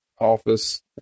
office